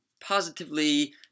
positively